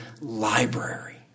library